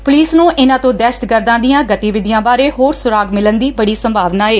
police ਨੂੰ ਇਨਾਂ ਤੋਂ ਦਹਿਸ਼ਤਗਰਦਾਂ ਦੀਆਂ ਗਤੀਵਿਧੀਆਂ ਬਾਰੇ ਹੋਰ ਸੁਰਾਗ ਮਿਲਣ ਦੀ ਬਤੀ ਸੰਭਾਵਨਾ ਏ